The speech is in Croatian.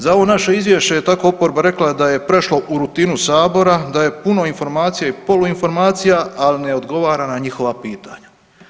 Za ovo naše izvješće tako je oporba rekla da je prešlo u rutinu Sabora, da je puno informacija i poluinformacija, ali ne odgovara na njihova pitanja.